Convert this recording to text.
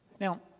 Now